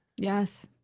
Yes